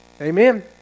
Amen